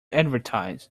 advertise